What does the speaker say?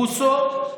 בוסו,